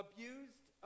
Abused